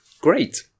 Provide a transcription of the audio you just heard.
Great